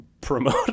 promote